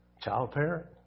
Child-parent